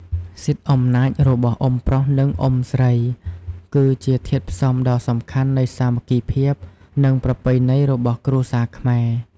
សិទ្ធិអំណាចរបស់អ៊ុំប្រុស និងអ៊ុំស្រី គឺជាធាតុផ្សំដ៏សំខាន់នៃសាមគ្គីភាព និងប្រពៃណីរបស់គ្រួសារខ្មែរ។